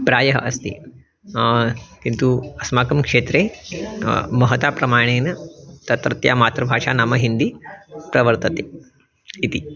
प्रायः अस्ति किन्तु अस्माकं क्षेत्रे महताप्रमाणेन तत्रत्य मातृभाषा नाम हिन्दी प्रवर्तते इति